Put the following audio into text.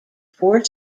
four